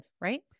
right